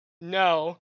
no